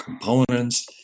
components